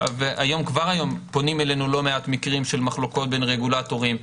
כבר היום פונים אלינו לא מעט מקרים של מחלוקות בין רגולטורים,